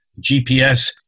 GPS